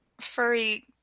furry